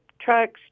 trucks